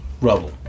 Rubble